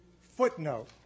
footnote